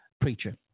preacher